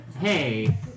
Hey